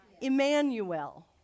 Emmanuel